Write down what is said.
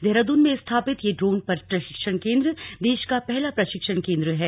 देहरादून में स्थापित यह ड्रोन प्रशिक्षण केंद्र देश का पहला प्रशिक्षण केंद्र है